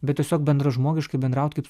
bet tiesiog bendražmogiškai bendraut kaip